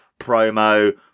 promo